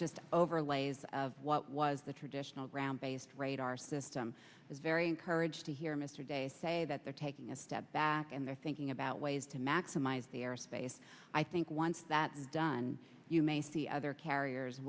just overlays of what was the traditional ground based radar system very encouraged to hear mr de say that they're taking a step back and they're thinking about ways to maximize the airspace i think once that done you may see other carriers